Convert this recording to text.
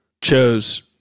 chose